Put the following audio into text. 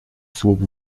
słup